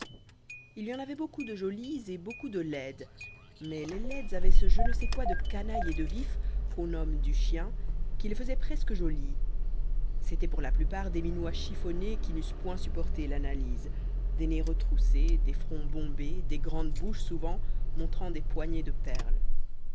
il y en avait beaucoup de jolies et beaucoup de laides mais les laides avaient ce je ne sais quoi de canaille et de vif qu'on nomme du chien qui les faisait presque jolies c'étaient pour la plupart des minois chiffonnés qui n'eussent point supporté l'analyse des nez retroussés des fronts bombés des grandes bouches souvent montrant des poignées de perles